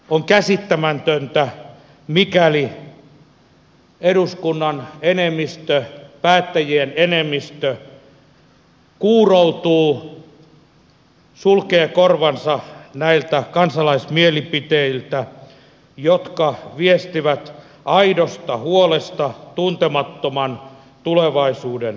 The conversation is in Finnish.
on käsittämätöntä mikäli eduskunnan enemmistö päättäjien enemmistö kuuroutuu sulkee korvansa näiltä kansalaismielipiteiltä jotka viestivät aidosta huolesta tuntemattoman tulevaisuuden äärellä